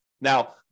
Now